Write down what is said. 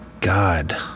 God